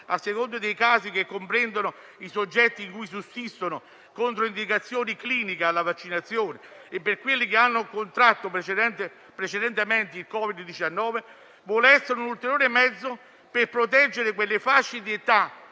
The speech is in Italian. a seconda dei casi che comprendono i soggetti in cui sussistono controindicazioni cliniche alla vaccinazione e per quelli che hanno contratto precedentemente il Covid-19, vuol essere un ulteriore mezzo per proteggere quelle fasce di età